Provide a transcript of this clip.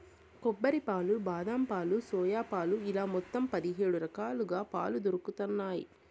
కొబ్బరి పాలు, బాదం పాలు, సోయా పాలు ఇలా మొత్తం పది హేడు రకాలుగా పాలు దొరుకుతన్నాయి